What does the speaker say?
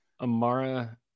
Amara